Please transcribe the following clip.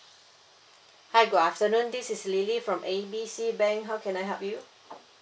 hi good afternoon this is lily from A B C bank how can I help you